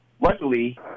Luckily